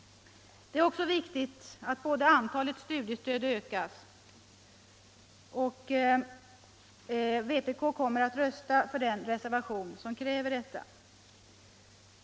Det är också viktigt att antalet studiestöd ökas. Vpk kommer att rösta för den reservation som kräver detta.